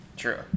True